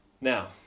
Now